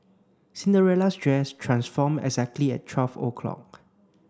Cinderella's dress transformed exactly at twelve o'clock